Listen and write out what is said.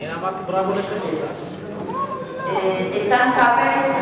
אינו נוכח איתן כבל,